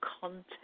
content